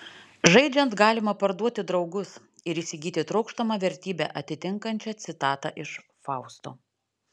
žaidžiant galima parduoti draugus ir įsigyti trokštamą vertybę atitinkančią citatą iš fausto